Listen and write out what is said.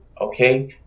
okay